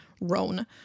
Roan